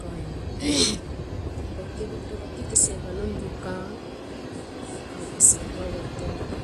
Koyu ko ike buop toro ke kese vanon buka mo kese gua vantem ka